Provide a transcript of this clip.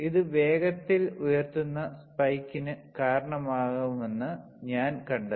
ഇത് വേഗത്തിൽ ഉയർത്തുന്ന സ്പൈക്കിന് കാരണമാകുമെന്ന് ഞാൻ കണ്ടെത്തി